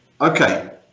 Okay